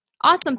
Awesome